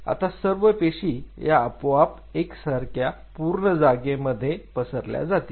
आता सर्व पेशी या आपोआप एक सारख्या पूर्ण जागेमध्ये पसरला जातील